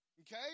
Okay